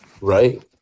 right